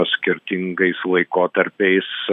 skirtingais laikotarpiais